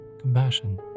compassion